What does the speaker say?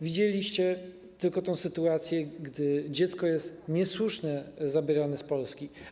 Widzieliście tylko tę sytuację, gdy dziecko jest niesłusznie zabierane z Polski.